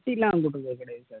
sir